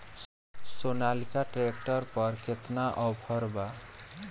Sonalika tractor पर केतना offer बा?